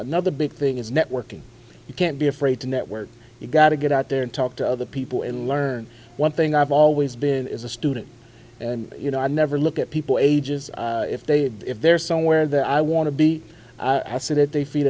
another big thing is networking you can't be afraid to network you've got to get out there and talk to other people and learn one thing i've always been as a student and you know i never look at people ages if they if they're somewhere that i want to be i sit at the fee